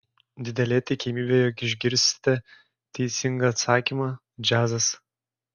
didelė tikimybė jog išgirsite teisingą atsakymą džiazas